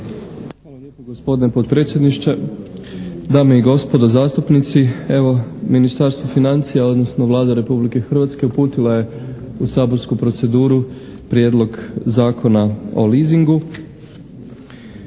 Hvala lijepa gospodine potpredsjedniče. Dame i gospodo zastupnici, evo Ministarstvo financija, odnosno Vlada Republike Hrvatske uputila je u saborsku proceduru Prijedlog zakona o leasingu.